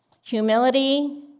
humility